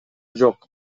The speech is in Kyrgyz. жок